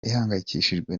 ihangayikishijwe